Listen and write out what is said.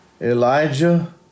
Elijah